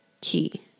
key